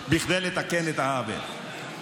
בכדי לתקן את העוול.